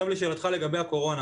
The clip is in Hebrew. לשאלתך לגבי הקורונה